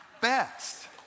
best